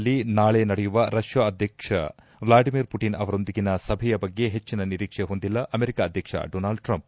ಫಿನ್ಲ್ಯಾಂಡ್ನಲ್ಲಿ ನಾಳೆ ನಡೆಯುವ ರಷ್ಕಾ ಅಧ್ಯಕ್ಷ ವ್ಲಾದಿಮಿರ್ ಪುಟಿನ್ ಅವರೊಂದಿಗಿನ ಸಭೆಯ ಬಗ್ಗೆ ಹೆಚ್ಚಿನ ನಿರೀಕ್ಷೆ ಹೊಂದಿಲ್ಲ ಅಮೆರಿಕ ಅಡ್ಡಕ್ಷ ಡೊನಾಲ್ಡ್ ಟ್ರಂಪ್